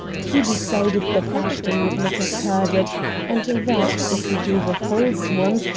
he decided that ashton would not have heard it and that, if he gave a false one,